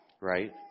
right